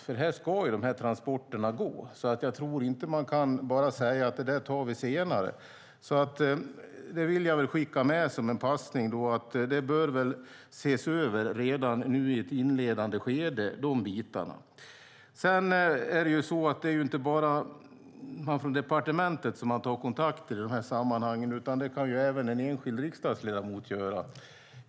Det är ju här transporterna ska gå. Därför tror jag inte att man bara kan säga: Det där tar vi senare. Som en passning vill jag skicka med att de bitarna redan nu, i ett inledande skede, behöver ses över. Det är inte bara departementet som tar kontakter i de här sammanhangen, utan det kan även en enskild riksdagsledamot göra.